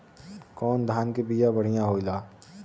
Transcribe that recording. कौन धान के बिया बढ़ियां होला?